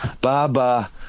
Baba